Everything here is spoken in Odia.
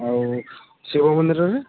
ଆଉ ଶିବ ମନ୍ଦିରରେ